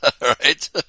Right